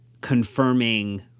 confirming